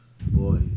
boy